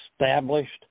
established